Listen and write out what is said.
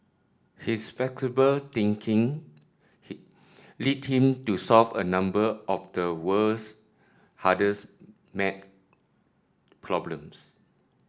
his flexible thinking he led him to solve a number of the world's hardest maths problems